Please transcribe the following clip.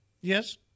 Yes